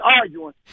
arguing